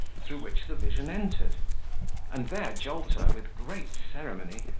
through which the vision entered and there jolter, with great ceremony,